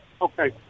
Okay